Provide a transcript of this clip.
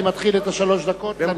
אני מתחיל את שלוש הדקות בנושא.